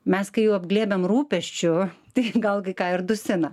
mes kai apglėbėm rūpesčiu tai gal kai ką ir dusina